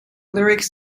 lyrics